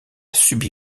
subi